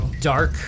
dark